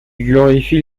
glorifie